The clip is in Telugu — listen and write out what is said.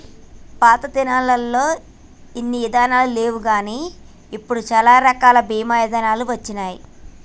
మా పాతదినాలల్లో ఇన్ని ఇదానాలు లేవుగాని ఇప్పుడు సాలా రకాల బీమా ఇదానాలు వచ్చినాయి